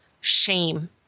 shame